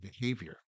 behavior